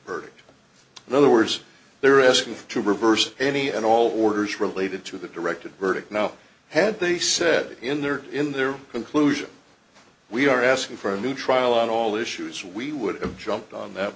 verdict in other words they were asking to reverse any and all orders related to the directed verdict now had they said in their in their conclusion we are asking for a new trial on all issues we would have jumped on that